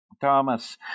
Thomas